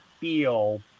feel